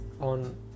on